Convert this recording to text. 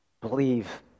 believe